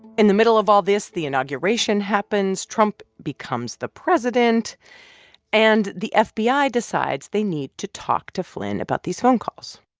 in the middle of all this, the inauguration happens, trump becomes the president and the fbi decides they need to talk to flynn about these phone calls.